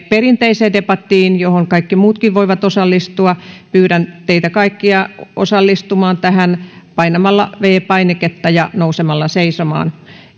perinteiseen debattiin johon kaikki muutkin voivat osallistua pyydän teitä kaikkia osallistumaan tähän painamalla viides painiketta ja nousemalla seisomaan